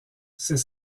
c’est